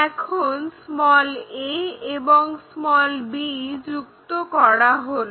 এখন a এবং b যুক্ত করা হলো